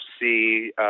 see